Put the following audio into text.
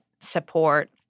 support